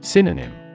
Synonym